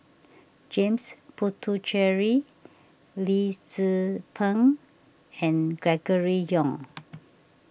James Puthucheary Lee Tzu Pheng and Gregory Yong